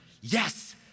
yes